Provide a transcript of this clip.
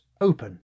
open